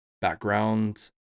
background